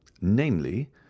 namely